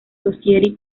society